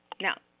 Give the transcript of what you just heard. Now